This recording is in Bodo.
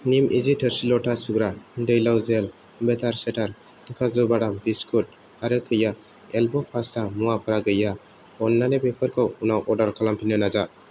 निमइजि थोरसि लथा सुग्रा दैलाव जेल बेटार चेटार काजु बादाम बिस्कुट आरो कैया एल्ब' पास्टा मुवाफोरा गैया अननानै बेफोरखौ उनाव अर्डार खालामफिननो नाजा